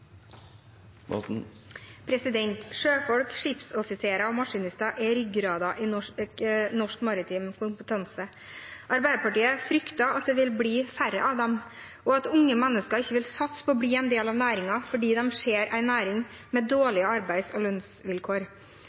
replikkordskifte. Sjøfolk, skipsoffiserer og maskinister er ryggraden i norsk maritim kompetanse. Arbeiderpartiet frykter at det vil bli færre av dem, og at unge mennesker ikke vil satse på å bli en del av næringen, fordi de ser en næring med dårlige arbeids- og lønnsvilkår.